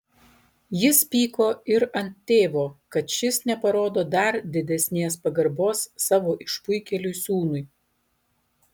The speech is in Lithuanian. jis pyko ir ant tėvo kad šis neparodo dar didesnės pagarbos savo išpuikėliui sūnui